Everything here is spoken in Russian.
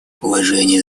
уважение